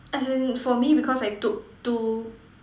as in for me because I took two